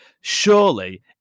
Surely